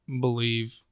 believe